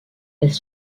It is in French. elles